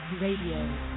Radio